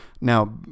Now